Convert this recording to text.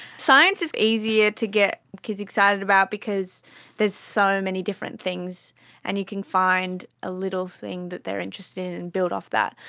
science is easier to get kids excited about because there's so many different things and you can find a little thing that they are interested in and build off that,